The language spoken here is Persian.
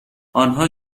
آنها